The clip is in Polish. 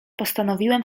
postanowiłem